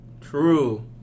True